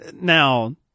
now